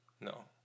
No